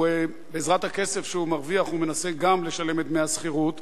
בעזרת הכסף שהוא מרוויח הוא מנסה גם לשלם את דמי השכירות.